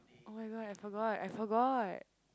oh-my-god I forgot I forgot